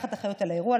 לקחת אחריות על האירוע,